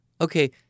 Okay